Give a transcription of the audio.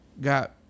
got